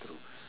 to do